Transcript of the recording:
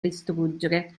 distruggere